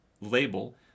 label